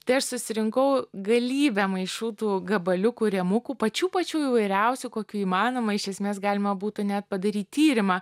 tai aš susirinkau galybę maišų tų gabaliukų rėmukų pačių pačių įvairiausių kokiu įmanoma iš esmės galima būtų net padaryt tyrimą